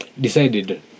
decided